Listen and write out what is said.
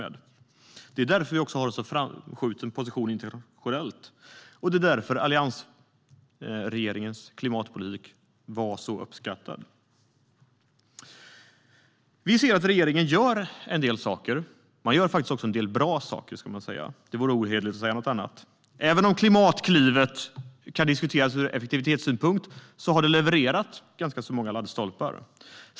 Det är också därför som vi har en sådan framskjuten position internationellt. Det är därför som alliansregeringens klimatpolitik var så uppskattad. Vi ser att regeringen gör en del bra saker. Det vore ohederligt att säga något annat. Även om Klimatklivet kan diskuteras ur effektivitetssynpunkt har det levererat ganska många laddstolpar.